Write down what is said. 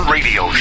Radio